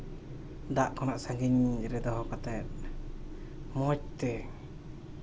ᱫᱟᱜ ᱠᱷᱚᱱᱟᱜ ᱥᱟᱺᱜᱤᱧ ᱨᱮ ᱫᱚᱦᱚ ᱠᱟᱛᱮᱫ ᱢᱚᱡᱽ ᱛᱮ